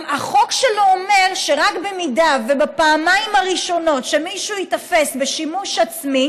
החוק שלו אומר שרק אם בפעמיים הראשונות שמישהו ייתפס בשימוש עצמי